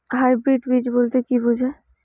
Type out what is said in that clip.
Hybrid বীজ বলতে কী বোঝায়?